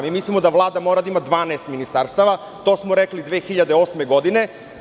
Mislimo da Vlada mora da ima 12 ministarstava, to smo rekli 2008. godine.